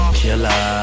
killer